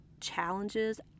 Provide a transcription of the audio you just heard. challenges